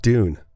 Dune